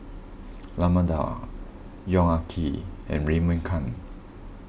Raman Daud Yong Ah Kee and Raymond Kang